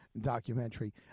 documentary